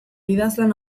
idazlan